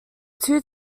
two